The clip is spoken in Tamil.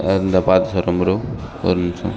ஆ இந்தா பார்த்து சொல்கிறேன் ப்ரோ ஒரு நிமிஷம்